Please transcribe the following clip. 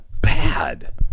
Bad